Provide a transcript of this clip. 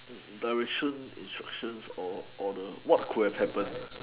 but with soon instruction or or the what could have happen